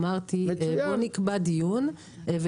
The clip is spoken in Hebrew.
אמרתי שנקבע דיון.